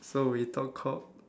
so we talk cock